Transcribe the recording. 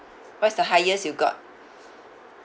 what's the highest you got